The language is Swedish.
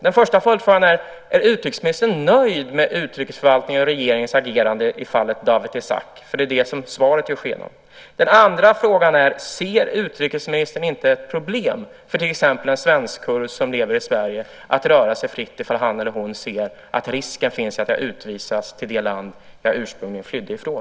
Den första är: Är utrikesministern nöjd med utrikesförvaltningens och regeringens agerande i fallet Dawit Isaak? Det är det svaret ger sken av. Den andra frågan är: Ser utrikesministern inte ett problem för till exempel en svensk kurd som lever i Sverige att kunna röra sig fritt när han eller hon ser att risken finns att bli utvisad till det land han eller hon ursprungligen flydde ifrån?